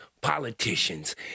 politicians